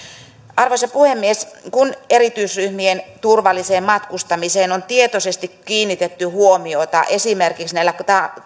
arvoisa puhemies kun erityisryhmien turvalliseen matkustamiseen on tietoisesti kiinnitetty huomiota esimerkiksi näillä